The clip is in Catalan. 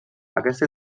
aquesta